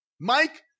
mike